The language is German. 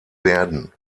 werden